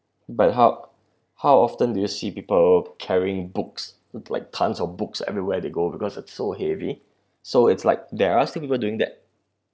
but how how often do you see people carrying books like tons of books everywhere they go because it's so heavy so it's like they are still people doing that